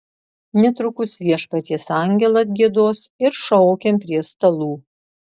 netrukus viešpaties angelą atgiedos ir šaukiam prie stalų